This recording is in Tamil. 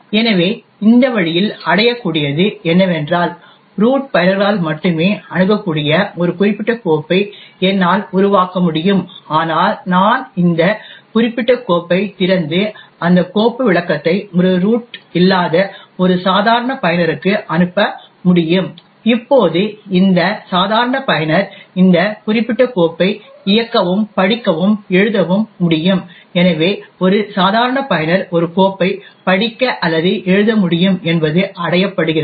எனவே இந்த வழியில் அடையக்கூடியது என்னவென்றால் ரூட் பயனர்களால் மட்டுமே அணுகக்கூடிய ஒரு குறிப்பிட்ட கோப்பை என்னால் உருவாக்க முடியும் ஆனால் நான் இந்த குறிப்பிட்ட கோப்பைத் திறந்து அந்த கோப்பு விளக்கத்தை ஒரு ரூட் இல்லாத ஒரு சாதாரண பயனருக்கு அனுப்ப முடியும் இப்போது இந்த சாதாரண பயனர் இந்த குறிப்பிட்ட கோப்பை இயக்கவும் படிக்கவும் எழுதவும் முடியும் எனவே ஒரு சாதாரண பயனர் ஒரு கோப்பை படிக்க அல்லது எழுத முடியும் என்பது அடையப்படுகிறது